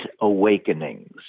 Awakenings